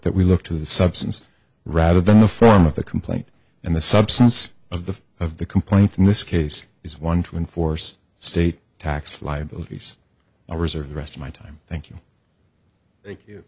that we look to the substance rather than the form of the complaint and the substance of the of the complaint in this case is one to enforce state tax liabilities i reserve the rest of my time thank you thank you